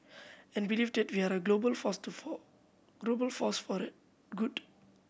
and believe that we are a global force to for global force for the good